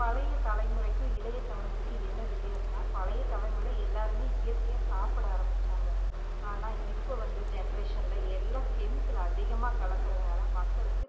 பழையத்தலைமுறைக்கும் இளையத்தலைமுறைக்கும் என்ன வித்தியாசம்னா பழைய தலைமுறையில் எல்லாருமே இயற்கையாக சாப்பிட ஆரம்பிச்சாங்கள் ஆனால் இப்போ வந்து ஜென்ரேசன்ல எல்லாம் கெமிக்கல் அதிகமாக கலக்கிறதுனால மக்களுக்கு